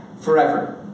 forever